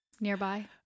nearby